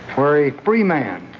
where a free man